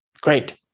Great